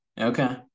okay